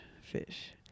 fish